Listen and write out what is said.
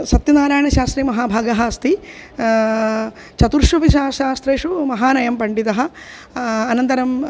सत्यनारायणशास्त्रिमहाभागः अस्ति चतुर्ष्वपि सा शास्त्रेषु महानयं पण्डितः अनन्तरं